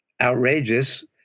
outrageous